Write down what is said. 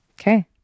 Okay